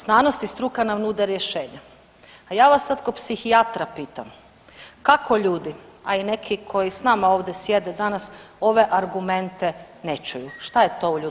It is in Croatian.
Znanost i struka nam nude rješenja, a ja vas sad ko psihijatra pitam, kako ljudi, a i neki koji s nama ovdje sjede danas ove argumente ne čuju, šta je to u ljudskom biću?